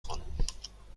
خانم